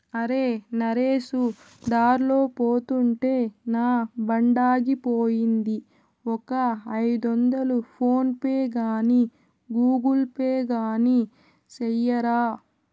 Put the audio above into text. అరే, నరేసు దార్లో పోతుంటే నా బండాగిపోయింది, ఒక ఐదొందలు ఫోన్ పే గాని గూగుల్ పే గాని సెయ్యరా